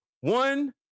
one